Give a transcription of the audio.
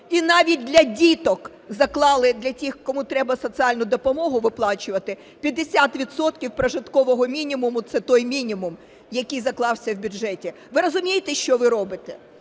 І навіть для діток заклали - для тих, кому треба соціальну допомогу виплачувати, 50 відсотків прожиткового мінімуму. Це той мінімум, який заклався в бюджеті. Ви розумієте, що ви робите?